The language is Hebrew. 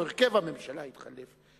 או הרכב הממשלה יתחלף,